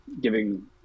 giving –